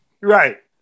Right